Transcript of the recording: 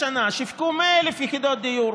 השנה שיווקו 100,000 יחידות דיור,